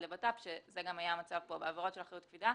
לביטחון פנים שזה גם היה המצב כאן שבעבירות של אחריות קפידה,